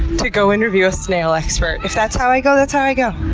to go interview a snail expert. if that's how i go, that's how i go.